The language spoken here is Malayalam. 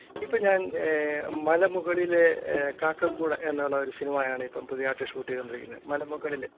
ഇപ്പം ഞാൻ മലമുകളിലെ കാക്കക്കൂട് എന്നുള്ളൊരു സിനിമയാണ് ഇപ്പം പുതിയതായിട്ട് ഷൂട്ടേയ്തോണ്ടിരിക്കുന്നു മലമുകളിൽ